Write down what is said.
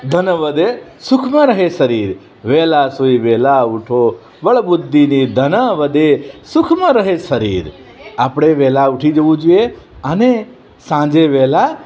ધન વધે સુખમાં રહે શરીર વહેલા સૂઈ વહેલા ઊઠો બળબુદ્ધિને ધન વધે સુખમાં રહે શરીર આપણે વહેલા ઉઠી જવું જોઈએ અને સાંજે વહેલા